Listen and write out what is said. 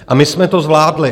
A my jsme to zvládli.